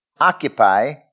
occupy